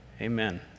Amen